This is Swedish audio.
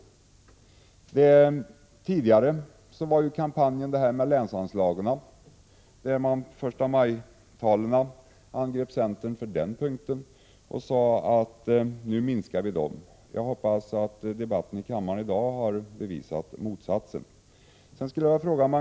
I den tidigare kampanjen beträffande länsanslagen sade ni i förstamajtalen att centern ville minska anslagen. Jag hoppas att debatten i kammaren i dag har bevisat motsatsen.